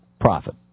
profit